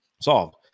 solved